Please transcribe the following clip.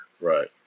Right